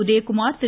Udhayakumar Thiru